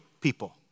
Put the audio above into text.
people